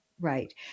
Right